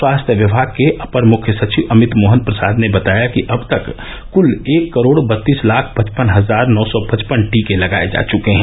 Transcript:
स्वास्थ्य विभाग के अपर मुख्य सचिव अमित मोहन प्रसाद ने बताया कि अब तक कुल एक करोड़ बत्तीस लाख पचपन हजार नौ सौ पचपन टीके लगाये जा चुके हैं